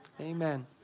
Amen